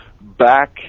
back